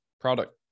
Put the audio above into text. product